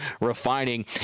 refining